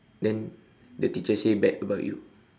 then the teacher say bad about you